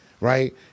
right